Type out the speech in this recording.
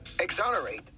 exonerate